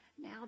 now